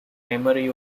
memory